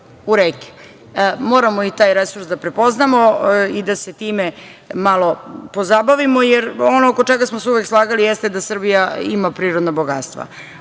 reke. Moramo i taj resurs da prepoznamo i da se time malo pozabavimo, jer ono oko čega smo se uvek slagali jeste da Srbija ima prirodna bogatstva,